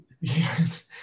Yes